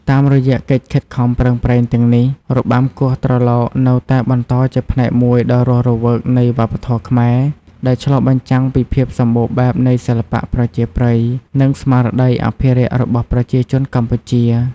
តាមរយៈកិច្ចខិតខំប្រឹងប្រែងទាំងនេះ របាំគោះត្រឡោកនៅតែបន្តជាផ្នែកមួយដ៏រស់រវើកនៃវប្បធម៌ខ្មែរ ដែលឆ្លុះបញ្ចាំងពីភាពសម្បូរបែបនៃសិល្បៈប្រជាប្រិយ និងស្មារតីអភិរក្សរបស់ប្រជាជនកម្ពុជា។